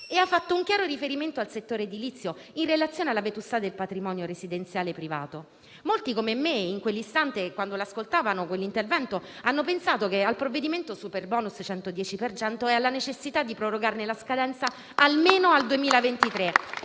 e ha fatto un chiaro riferimento al settore edilizio, in relazione alla vetustà del patrimonio residenziale privato. Molti come me, in quell'istante, quando ascoltavano quell'intervento, hanno pensato al provvedimento superbonus 110 per cento e alla necessità di prorogarne la scadenza almeno al 2023,